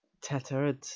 tattered